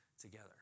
together